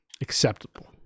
acceptable